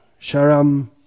sharam